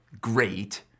great